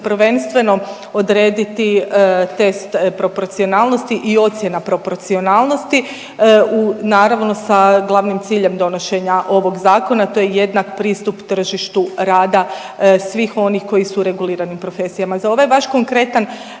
prvenstveno odrediti test proporcionalnosti i ocjena proporcionalnosti u, naravno, sa glavnim ciljem donošenja ovog Zakona, to je jednak pristup tržištu rada svih onih koji su u reguliranim profesijama. Za ovaj vaš konkretan